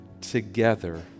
together